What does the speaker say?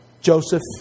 Joseph